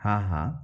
हाँ हाँ